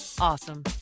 awesome